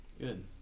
good